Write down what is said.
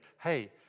hey